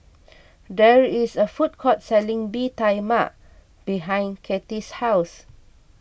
there is a food court selling Bee Tai Mak behind Katy's house